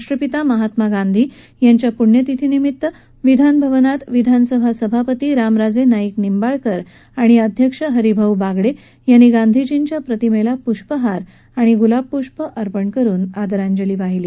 राष्ट्रपिता महात्मा गांधी यांच्या पुण्यतिथी निमित्त विधान भवतात विधानसभा सभापती रामराजे नाईक निंबाळकर आणि अध्यक्ष हरिभाऊ बागडे यांनी गांधीजींच्या प्रतिमेला पुष्पहार आणि गुलाबपुष्प अर्पण करुन आदरांजली वाहिली